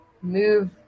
move